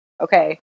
okay